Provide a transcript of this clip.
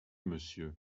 monsieur